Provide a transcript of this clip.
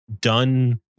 done